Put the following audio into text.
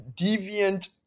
deviant